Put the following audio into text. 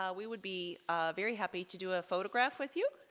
um we would be very happy to do a photograph with you.